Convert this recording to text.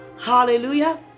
Hallelujah